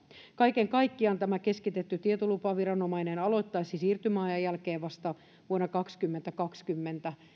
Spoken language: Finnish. kaiken kaikkiaan tämä keskitetty tietolupaviranomainen aloittaisi siirtymäajan jälkeen vasta vuonna kaksituhattakaksikymmentä